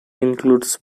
includes